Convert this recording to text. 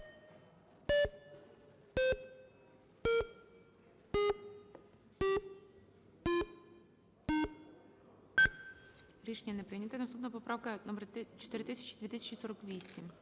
Рішення не прийнято. Наступна поправка 4456.